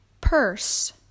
purse